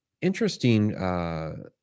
interesting